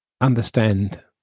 understand